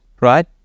Right